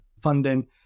funding